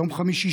ביום חמישי,